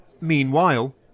Meanwhile